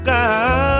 God